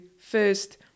first